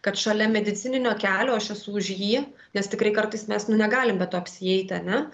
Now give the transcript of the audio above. kad šalia medicininio kelio aš esu už jį nes tikrai kartais mes nu negalim be to apsieiti ar ne